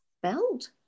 spelled